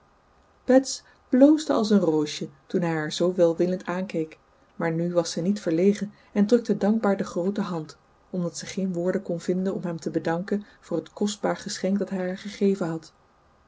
bets bloosde als een roosje toen hij haar zoo welwillend aankeek maar nu was zij niet verlegen en drukte dankbaar de groote hand omdat ze geen woorden kon vinden om hem te danken voor het kostbaar geschenk dat hij haar gegeven had